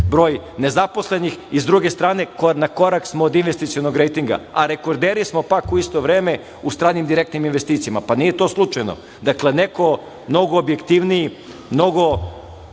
broj nezaposlenih. Sa druge strane na korak smo od investicionog rejtinga, a rekorde smo pak u isto vreme u stranim direktnim investicijama. Pa, nije to slučajno. Dakle, neko mnogo objektivniji i